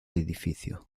edificio